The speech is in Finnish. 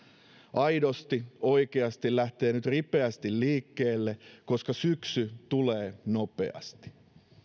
aidosti oikeasti lähtee nyt ripeästi liikkeelle koska syksy tulee nopeasti